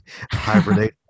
hibernate